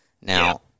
Now